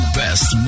best